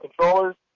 controllers